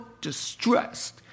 distressed